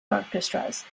orchestras